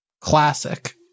classic